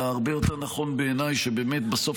אלא הרבה יותר נכון בעיניי שבאמת בסוף